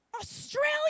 Australia